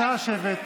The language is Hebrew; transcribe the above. נא לשבת.